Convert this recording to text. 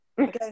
Okay